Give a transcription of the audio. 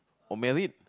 or married